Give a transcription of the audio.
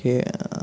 కే